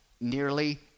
nearly